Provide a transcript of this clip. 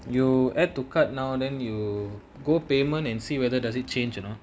you add to cart now then you go payment and see whether does it change or not